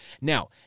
Now